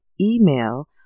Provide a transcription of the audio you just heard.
email